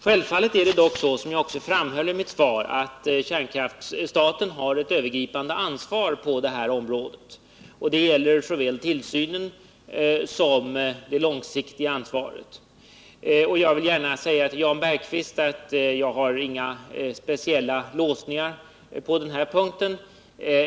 Självfallet har dock, som jag framhöll i mitt svar, staten ett övergripande ansvar på det här området — såväl ett ansvar för tillsynen som ett ansvar på längre sikt. Jag vill gärna säga till Jan Bergqvist att jag inte har några speciella låsningar på den här punkten.